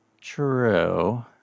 True